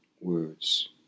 words